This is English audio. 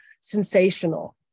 sensational